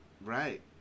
Right